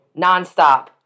nonstop